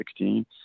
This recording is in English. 2016